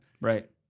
Right